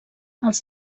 els